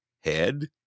head